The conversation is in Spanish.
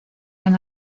han